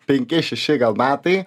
penki šeši gal metai